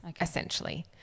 essentially